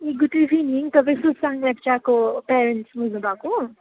ए good evening तपाईँ सुशान्त लेप्चाको parents बोल्नुभएको